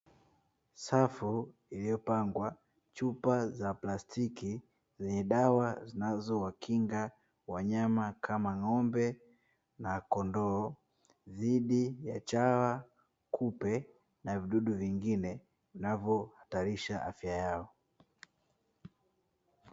Safu iliyopangwa chupa za plastiki zenye dawa zinazowakinga wanyama kama ng’ombe na kondoo dhidi ya; chawa, kupe na vidudu vingine vinavyo hatarisha afya yao.